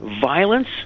violence